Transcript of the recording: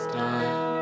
time